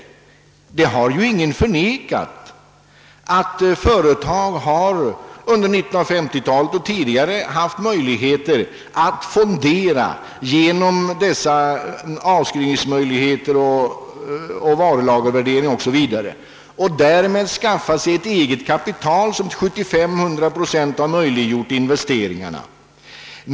Ingen har ju heller bestritt att vissa företag under 1950-talet och tidigare haft möjligheter att fondera medel på grund av de regler för avskrivning, varulagervärdering o.s.v. som gällt och därmed kunnat skaffa sig ett eget kapital, som till 75 å 100 procent möjliggjort investeringarna.